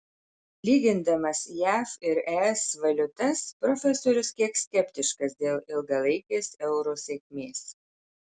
lygindamas jav ir es valiutas profesorius kiek skeptiškas dėl ilgalaikės euro sėkmės